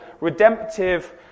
redemptive